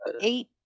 Eight